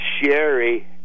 Sherry